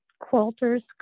quilter's